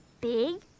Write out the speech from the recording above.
big